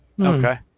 okay